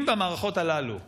אם במערכות הללו אפשר,